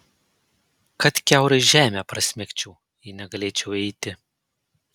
kad kiaurai žemę prasmegčiau jei negalėčiau eiti